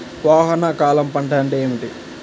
వానాకాలం పంట అంటే ఏమిటి?